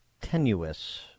tenuous